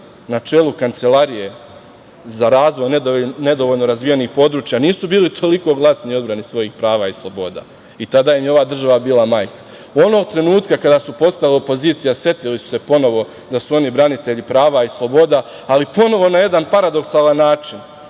na čelu Kancelarije za razvoj nedovoljno razvijenih područja nisu bili toliko glasni u odbrani svojih prava i sloboda. Tada im je ova država bila majka. Onog trenutka kada su postali opozicija setili su se ponovo da su oni branitelji prava i sloboda, ali ponovo na jedan paradoksalan način